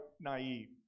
naive